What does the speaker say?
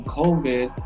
covid